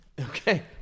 Okay